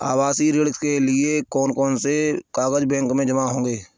आवासीय ऋण के लिए कौन कौन से कागज बैंक में जमा होंगे?